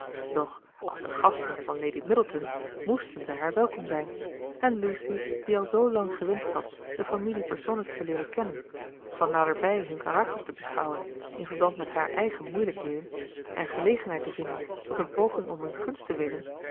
doch als de gasten van lady middleton moesten zij haar welkom zijn en lucy die al zoo lang gewenscht had de familie persoonlijk te leeren kennen van naderbij hun karakters te beschouwen in verband met haar eigen moeilijkheden en gelegenheid te vinden tot een poging om hun gunst te winnen